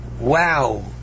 wow